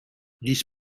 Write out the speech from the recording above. this